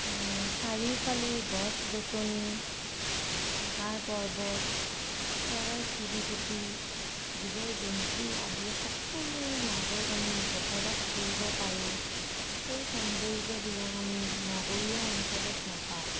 চাৰিওফালে গছ গছনি পাহাৰ পৰ্বত চৰাই চিৰিকটি জীৱ জন্তু আদি সকলোৰ মাজত আমি বসবাস কৰিব পাৰোঁ সেই সৌন্দৰ্য্যবিলাক আমি নগৰীয়া অঞ্চলত নাপাওঁ